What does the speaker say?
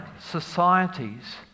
societies